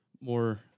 more